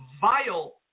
vile